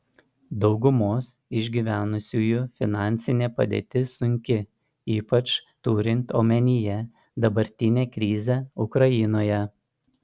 daugumos išgyvenusiųjų finansinė padėtis sunki ypač turint omenyje dabartinę krizę ukrainoje